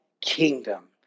kingdom